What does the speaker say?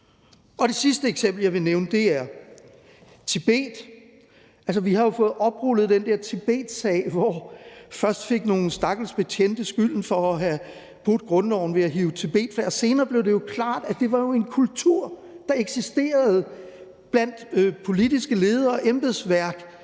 Det sidste eksempel, jeg vil nævne, er Tibet. Altså, vi har jo fået oprullet den der Tibetsag, hvor først nogle stakkels betjente fik skylden for at have brudt grundloven ved at hive i tibetflaget, og senere blev det jo klart, at det var en kultur, der eksisterede blandt politiske ledere og embedsværk